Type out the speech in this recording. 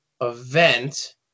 event